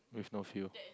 with no fuel